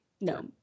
No